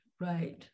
right